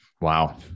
Wow